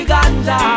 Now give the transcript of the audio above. Ganja